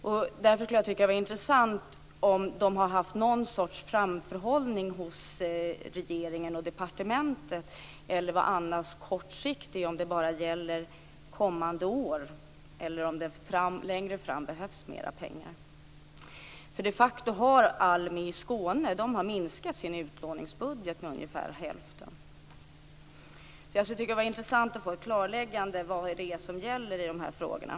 Därför tycker jag att det skulle vara intressant att höra om man har haft någon sorts framförhållning hos regeringen och departementet, om detta är kortsiktigt och bara gäller kommande år eller om det längre fram behövs mera pengar. ALMI Skåne har de facto minskat sin utlåningsbudget med ungefär hälften. Jag tycker alltså att det skulle vara intressant att få ett klarläggande av vad som gäller i de här frågorna.